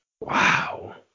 Wow